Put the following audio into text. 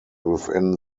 within